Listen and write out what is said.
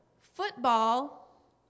football